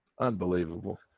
unbelievable